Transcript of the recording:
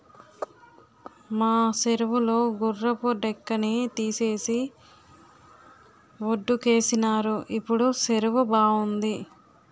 మా సెరువు లో గుర్రపు డెక్కని తీసేసి వొడ్డుకేసినారు ఇప్పుడు సెరువు బావుంది